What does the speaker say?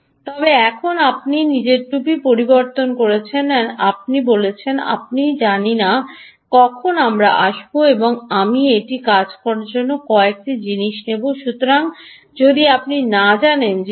তবে এখন আপনি নিজের টুপি পরিবর্তন করছেনআপনি বলছেন আমি জানি না কখন আমরা আসব এবং আমি এটি কাজ করতে কয়েক জিনিস করব সুতরাং যদি আপনি না জানেন যে V